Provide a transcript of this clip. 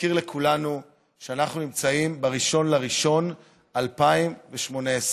להזכיר לכולנו שאנחנו נמצאים ב-1 בינואר 2018,